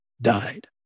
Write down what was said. died